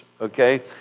okay